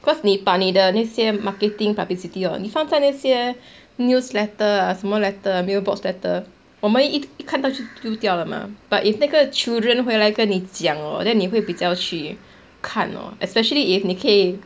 because 你把你的那些 marketing publicity hor 你放在那些 newsletter ah 什么 letter mailbox letter 我们一一看到就丢掉了 mah but if 那个 children 回来跟你讲 hor then 你会比较去看 lor especially if 你可以